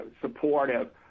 supportive